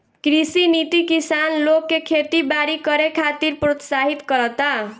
कृषि नीति किसान लोग के खेती बारी करे खातिर प्रोत्साहित करता